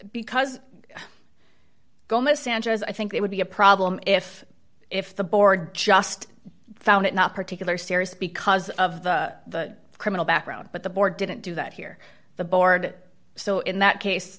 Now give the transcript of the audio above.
sanchez i think it would be a problem if if the board just found it not particularly serious because of the criminal background but the board didn't do that here the board so in that case